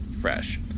fresh